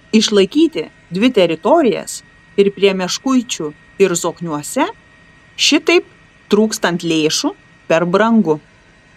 išlaikyti dvi teritorijas ir prie meškuičių ir zokniuose šitaip trūkstant lėšų per brangu